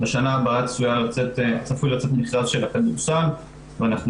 בשנה הבאה צפוי לצאת מכרז של הכדורסל ואנחנו